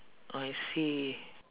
I see